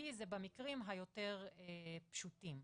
משום שזה במקרים היותר פשוטים.